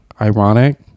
ironic